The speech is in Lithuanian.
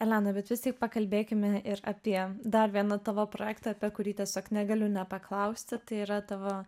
elena bet vis tik pakalbėkime ir apie dar vieną tavo projektą apie kurį tiesiog negaliu nepaklausti tai yra tavo